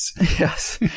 Yes